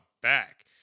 back